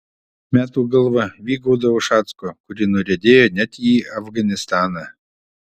metų galva vygaudo ušacko kuri nuriedėjo net į afganistaną